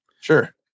Sure